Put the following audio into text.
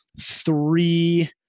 three